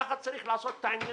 כך צריך לעשות את הדברים.